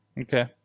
Okay